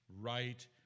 right